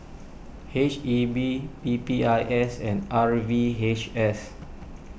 H E B P P I S and R V H S